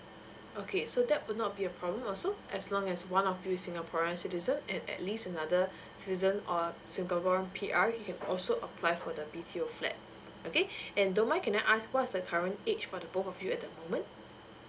okay so that would not be a problem also as long as one of you is singaporean citizen or at least another citizen or Singpoare P_R you can also apply for the B_T_O flat okay and don't mind can I ask what's the current age for the both of you at the moment